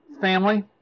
family